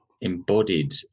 embodied